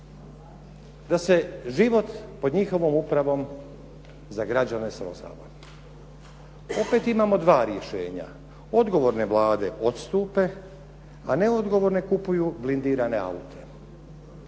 da se život pod njihovom upravom za građane samo … /Govornik se ne razumije./ … Opet imamo dva rješenja. Odgovorne vlade odstupe, a neodgovorne kupuju blindirane aute